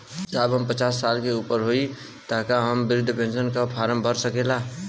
साहब हम पचास साल से ऊपर हई ताका हम बृध पेंसन का फोरम भर सकेला?